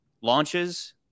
launches